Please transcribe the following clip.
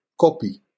copy